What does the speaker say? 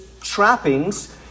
trappings